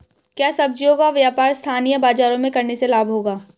क्या सब्ज़ियों का व्यापार स्थानीय बाज़ारों में करने से लाभ होगा?